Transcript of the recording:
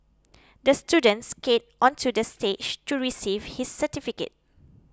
the student skated onto the stage to receive his certificate